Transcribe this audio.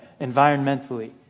environmentally